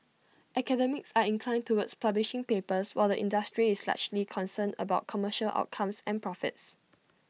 academics are inclined towards publishing papers while the industry is largely concerned about commercial outcomes and profits